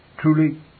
Truly